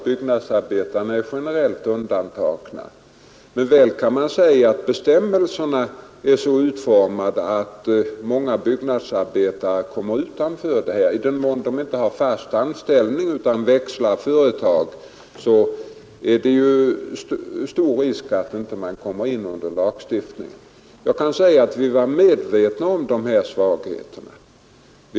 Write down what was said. Byggnadsarbetarna är inte generellt undantagna, men väl kan man säga att bestämmelserna är så utformade att många byggnadsarbetare kommer att stå utanför. I den män de inte har fast anställning utan växlar företag är det stor risk för att de inte kommer in under lagstiftningen. Vi var medvetna om dessa svagheter i lagstiftningen.